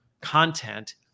content